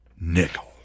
nickel